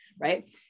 right